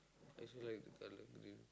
I actually like the colour blue